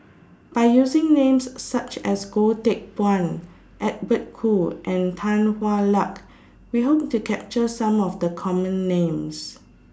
By using Names such as Goh Teck Phuan Edwin Koo and Tan Hwa Luck We Hope to capture Some of The Common Names